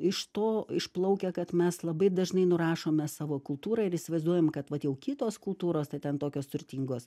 iš to išplaukia kad mes labai dažnai nurašome savo kultūrą ir įsivaizduojam kad vat jau kitos kultūros tai ten tokios turtingos